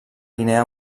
guinea